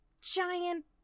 giant